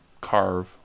carve